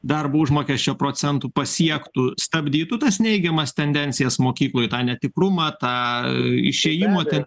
darbo užmokesčio procento pasiektų stabdytų tas neigiamas tendencijas mokykloj tą netikrumą tą išėjimą